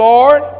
Lord